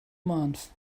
month